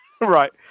right